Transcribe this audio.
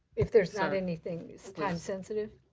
if there's not anything so time sensitive.